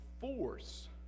force